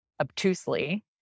obtusely